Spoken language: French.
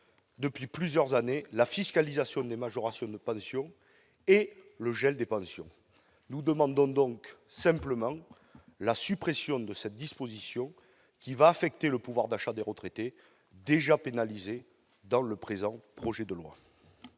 depuis plusieurs années, la fiscalisation des majorations de pension et le gel des pensions. Nous demandons simplement la suppression de cette disposition qui va affecter le pouvoir d'achat des retraités, déjà pénalisés dans le présent projet de loi.